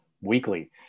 weekly